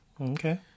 Okay